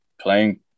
playing